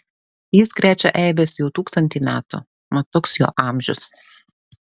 jis krečia eibes jau tūkstantį metų mat toks jo amžius